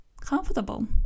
comfortable